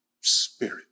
spirit